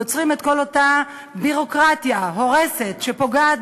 יוצרים את כל אותה ביורוקרטיה הורסת שפוגעת